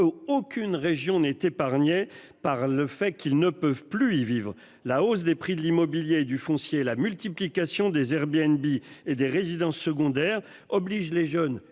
Aucune région n'est épargnée par le fait qu'ils ne peuvent plus y vivre. La hausse des prix de l'immobilier du Foncier la multiplication des Herbiers NBA et des résidences secondaires oblige les jeunes